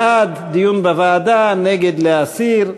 בעד, דיון בוועדה, נגד, להסיר.